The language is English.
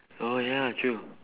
oh ya true